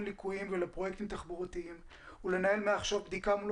ליקויים ולפרויקטים תחבורתיים ולנהל מעכשיו בדיקה מול